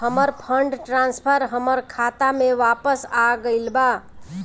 हमर fund transfer हमर खाता में वापस आ गईल बा